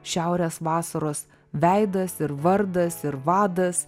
šiaurės vasaros veidas ir vardas ir vadas